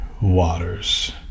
waters